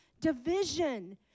division